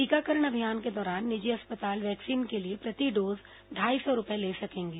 टीकाकरण अभियान के दौरान निजी अस्पताल वैक्सीन के लिए प्रति डोज ढाई सौ रूपये ले सकेंगे